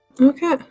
Okay